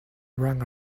ran